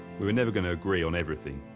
we were never going to agree on everything.